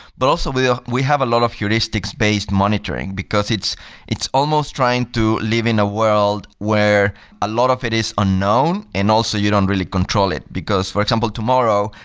but also we ah we have a lot of heuristics-based monitoring, because it's it's almost trying to live in a world where a lot of it is unknown and also you don't really control it. because, for example, tomorrow,